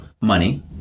money